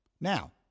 Now